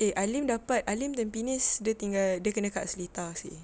eh alim dapat alim tampines dia tinggal dia kena kat seletar seh